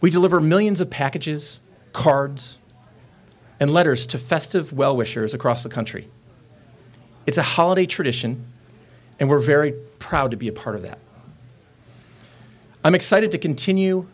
we deliver millions of packages cards and letters to festive well wishers across the country it's a holiday tradition and we're very proud to be a part of that i'm excited to continue